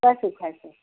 খাইছোঁ খাইছোঁ